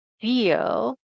feel